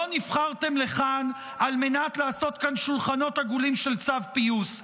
לא נבחרתם לכאן על מנת לעשות כאן שולחנות עגולים של צו פיוס.